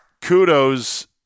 Kudos